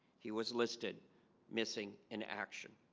he was listed missing in action